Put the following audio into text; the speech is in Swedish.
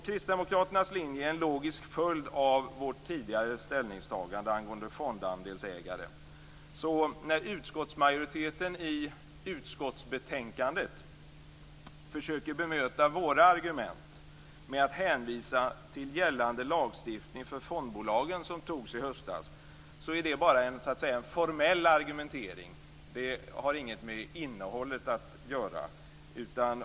Kristdemokraternas linje är en logisk följd av vårt tidigare ställningstagande angående fondandelsägare. När utskottsmajoriteten i utskottsbetänkandet försöker bemöta våra argument med att hänvisa till gällande lagstiftning för fondbolagen, som togs i höstas, är det bara en formell argumentering och har ingenting med innehållet att göra.